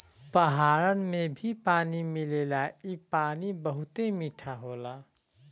पहाड़न में भी पानी मिलेला इ पानी बहुते मीठा होला